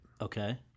Okay